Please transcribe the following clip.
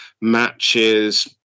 matches